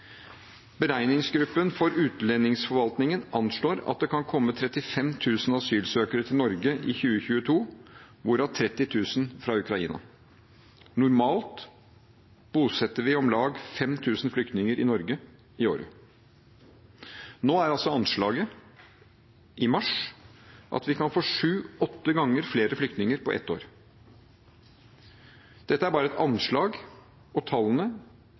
Beregningsgruppen for utlendingsforvaltningen anslår at det kan komme 35 000 asylsøkere til Norge i 2022, hvorav 30 000 fra Ukraina. Normalt bosetter vi om lag 5 000 flyktninger i Norge i året. Nå er altså anslaget – i mars – at vi kan få sju–åtte ganger flere flyktninger på ett år. Dette er bare et anslag. Tallene